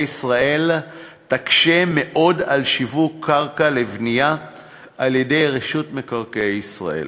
ישראל תקשה מאוד על שיווק קרקע לבנייה על-ידי רשות מקרקעי ישראל,